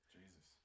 jesus